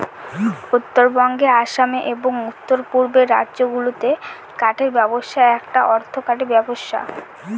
উত্তরবঙ্গে আসামে এবং উত্তর পূর্বের রাজ্যগুলাতে কাঠের ব্যবসা একটা অর্থকরী ব্যবসা